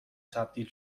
تبدیل